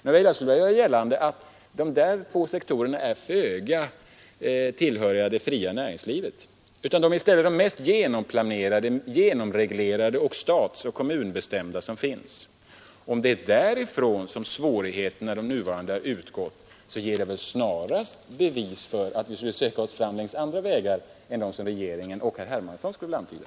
Jag skulle vilja göra gällande att de där två sektorerna knappast tillhör det fria näringslivet, utan de är det mest genomplanerade, genomreglerade och statsoch kommunbestämda som finns. Om det är därifrån de nuvarande svårigheterna har utgått, ger det väl snarast bevis för att vi skulle söka oss fram andra vägar än de som regeringen och herr Hermansson vill antyda.